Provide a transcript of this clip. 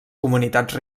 comunitats